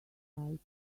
right